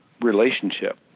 relationship